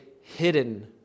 hidden